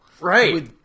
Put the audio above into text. Right